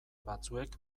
batzuek